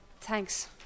Thanks